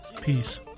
Peace